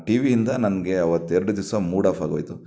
ಟಿವಿಯಿಂದ ನನಗೆ ಅವತ್ತು ಎರಡು ದಿವಸ ಮೂಡ್ ಆಫ್ ಆಗೋಯಿತು